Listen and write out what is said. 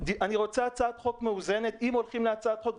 רוצה הצעת חוק מאוזנת, אם הולכים להצעת חוק.